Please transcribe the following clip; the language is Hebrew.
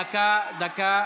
דקה.